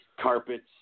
carpets